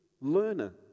learner